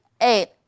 eight